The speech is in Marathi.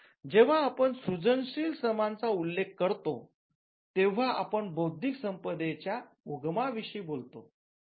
जेव्हा आपण सृजनशील श्रमाचा उल्लेख करतो तेव्हा आपण बौद्धिकक संपदेच्या उगमा विषयी बोलत असतो